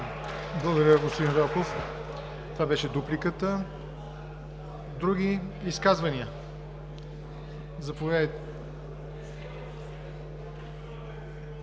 Благодаря, господин Велков. Това беше дупликата. Други изказвания? Заповядайте,